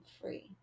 free